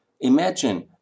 Imagine